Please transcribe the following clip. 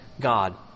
God